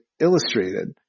illustrated